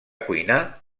cuinar